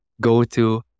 go-to